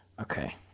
okay